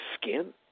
skin